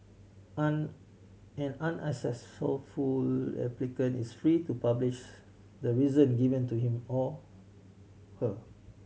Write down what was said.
an an unsuccessful applicant is free to publishes the reason given to him or her